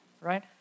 right